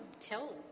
tell